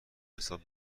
حساب